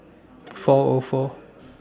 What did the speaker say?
four Or four